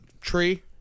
tree